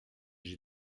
j’y